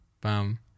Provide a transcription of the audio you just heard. bam